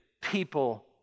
people